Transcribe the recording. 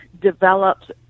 develops